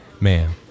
Ma'am